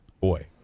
boy